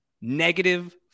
Negative